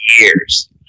years